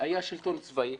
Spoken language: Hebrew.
היה שלטון צבאי